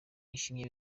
yashimye